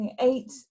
eight